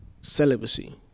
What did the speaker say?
celibacy